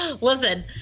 Listen